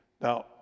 Now